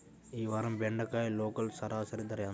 ఈ వారం బెండకాయ లోకల్ సరాసరి ధర ఎంత?